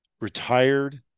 retired